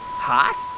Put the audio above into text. hot,